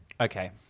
Okay